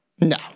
No